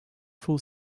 full